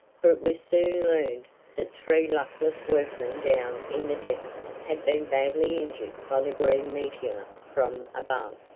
for it was soon learned that three luckless workmen down in the depths had been badly injured by the green meteor from above.